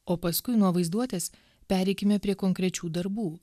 o paskui nuo vaizduotės pereikime prie konkrečių darbų